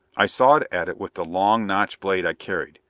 i sawed at it with the long, notched blade i carried.